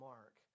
Mark